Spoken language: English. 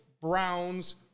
Browns